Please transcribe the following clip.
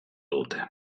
dute